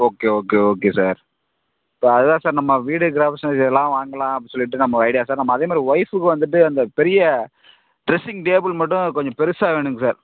okay okay okay sir இப்போ அதுதான் sir நம்ம வீடு கிரகப் பிரவேசம் இதெல்லாம் வாங்கலாம் அப்படின்னு சொல்லிட்டு நம்ம ஒரு ஐடியா சார் நம்ம அதே மாதிரி ஒய்ஃப்க்கு வந்துட்டு அந்தப் பெரிய ட்ரஸ்ஸிங் டேபிள் மட்டும் கொஞ்சம் பெருசாக வேணுங்க சார்